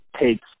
takes